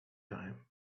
time